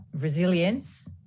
resilience